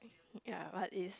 ya but is